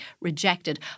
rejected